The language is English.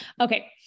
Okay